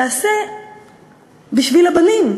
תעשה בשביל הבנים,